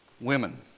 women